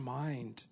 mind